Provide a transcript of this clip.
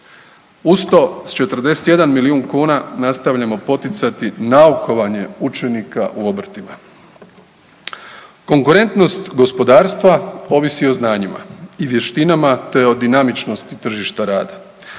Uz to, s 41 milijun kuna nastavljamo poticati naukovanje učenika u obrtima. Konkurentnost gospodarstva ovisi o znanjima i vještinama te o dinamičnosti tržišta rada.